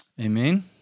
amen